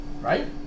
right